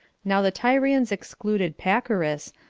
now the tyrians excluded pacorus,